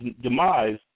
demise